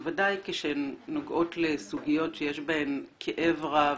בוודאי כשהן נוגעות לסוגיות שיש בהן כאב רב,